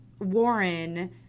Warren